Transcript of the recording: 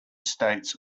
states